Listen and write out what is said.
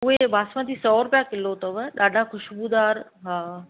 उहे बासमती सौ रुपिया किलो अथव ॾाढा ख़ुशबूदार हा